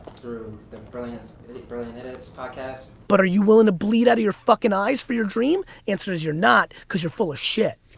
through the brilliant brilliant idiots podcast. but are you willing to bleed out of your fucking eyes for your dream? answer is, you're not, cause you're full of shit.